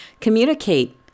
communicate